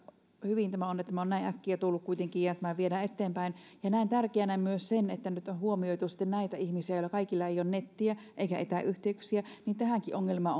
hyvä että tämä on näin äkkiä tullut kuitenkin ja tämä viedään eteenpäin näen tärkeänä myös sen että nyt on huomioitu näitä ihmisiä joilla kaikilla ei ole nettiä eikä etäyhteyksiä ja tähänkin ongelmaan